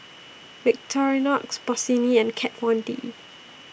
Victorinox Bossini and Kat Von D